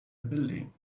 building